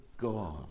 God